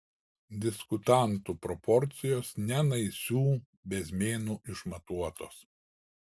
diskutantų proporcijos ne naisių bezmėnu išmatuotos